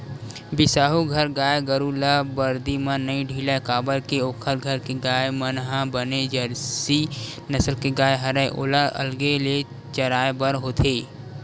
बिसाहू घर गाय गरु ल बरदी म नइ ढिलय काबर के ओखर घर के गाय मन ह बने जरसी नसल के गाय हरय ओला अलगे ले चराय बर होथे